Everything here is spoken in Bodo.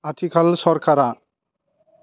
आथिखाल सरकारा